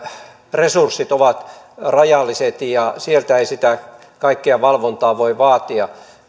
resurssit ovat rajalliset ja sieltä ei sitä kaikkea valvontaa voi vaatia